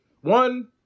one